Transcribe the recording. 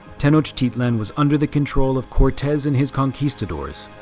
tenochtitlan was under the control of cortes and his conquistadors,